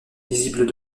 lisible